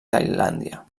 tailàndia